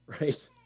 right